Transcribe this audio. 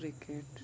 cricket